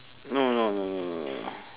no no